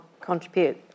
contribute